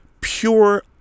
pure